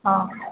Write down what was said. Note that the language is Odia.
ହଁ